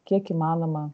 kiek įmanoma